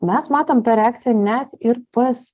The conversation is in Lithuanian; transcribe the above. mes matom tą reakciją net ir pas